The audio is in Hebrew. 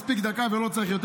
מספיקה דקה, לא צריך יותר.